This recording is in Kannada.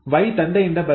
ವೈ ತಂದೆಯಿಂದ ಬರುತ್ತಿದೆ